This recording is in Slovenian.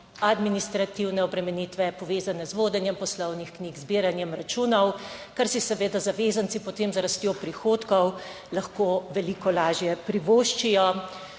administrativne obremenitve, povezane z vodenjem poslovnih knjig, z zbiranjem računov, kar si seveda zavezanci potem z rastjo prihodkov lahko veliko lažje privoščijo.